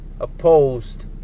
opposed